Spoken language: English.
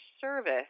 service